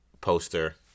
poster